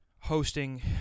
hosting